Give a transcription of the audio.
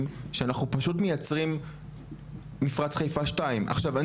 שאנחנו פשוט מייצרים מפרץ חיפה 2. עכשיו,